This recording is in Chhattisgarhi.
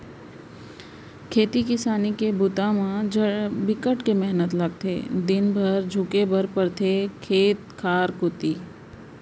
खेती किसान के बूता म बिकट के मेहनत लगथे दिन भर झुले बर परथे खेत खार कोती